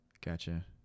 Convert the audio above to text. Gotcha